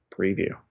preview